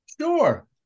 Sure